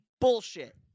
bullshit